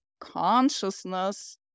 consciousness